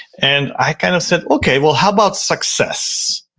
and i kind of said, okay, well how about success?